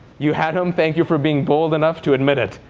you had them? thank you for being bold enough to admit it.